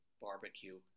Barbecue